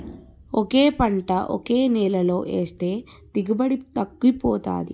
ఒకే పంట ఒకే నేలలో ఏస్తే దిగుబడి తగ్గిపోతాది